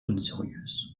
unseriös